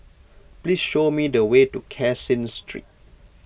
please show me the way to Caseen Street